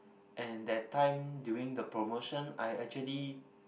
and that time during the promotion I actually